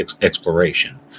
exploration